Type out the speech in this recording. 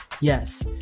yes